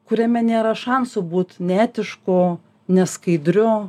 kuriame nėra šansų būt neetišku neskaidriu